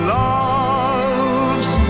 love's